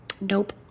Nope